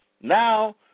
Now